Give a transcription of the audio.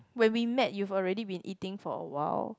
when we met you have already been eating for awhile